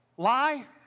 lie